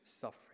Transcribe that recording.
suffering